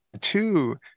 two